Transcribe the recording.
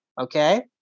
okay